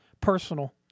personal